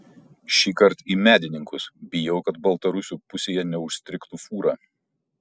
šįkart į medininkus bijau kad baltarusių pusėje neužstrigtų fūra